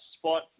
spot